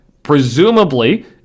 presumably